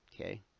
Okay